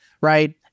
Right